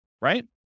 right